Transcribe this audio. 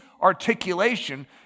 articulation